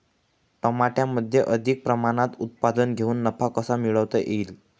टमाट्याचे अधिक प्रमाणात उत्पादन घेऊन नफा कसा मिळवता येईल?